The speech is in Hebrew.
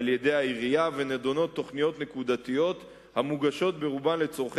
ונדונות תוכניות נקודתיות המוגשות ברובן לצורכי